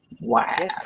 Wow